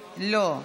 לא.